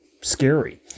scary